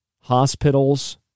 hospitals